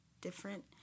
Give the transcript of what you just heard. different